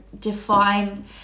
define